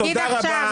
תודה רבה.